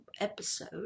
episode